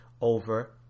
over